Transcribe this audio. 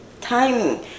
timing